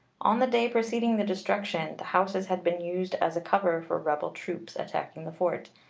on the day preceding the destruction the houses had been used as a cover for rebel troops attacking the fort,